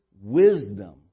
wisdom